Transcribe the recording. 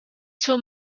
two